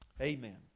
amen